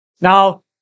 Now